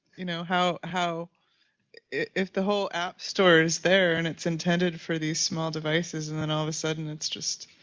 you know, how how if the whole app store is there and it's intended for these small devices and then all of the sudden, it's just.